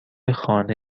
خانه